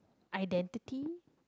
identity